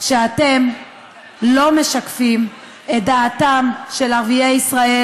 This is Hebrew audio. שאתם לא משקפים את דעתם של ערביי ישראל,